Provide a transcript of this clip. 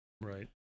Right